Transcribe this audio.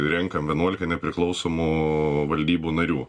renkam vienuolika nepriklausomų valdybų narių